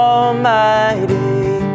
Almighty